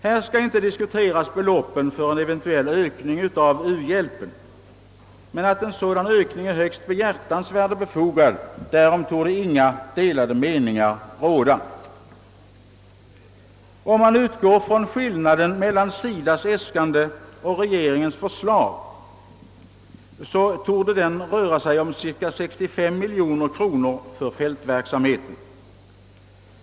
Här skall inte diskuteras med vilka belopp u-hjälpen eventuellt skall ökas, men att en ökning är högst behjärtansvärd och befogad därom borde inga delade meningar råda. Skillnaden mellan SIDA:s äskanden och regeringens förslag torde röra sig om cirka 65 miljoner kronor för fältverksamheten.